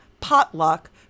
potluck